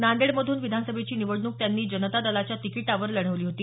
नांदेडमधून विधानसभेची निवडणूक त्यांनी जनता दलाच्या तिकीटावर लढवली होती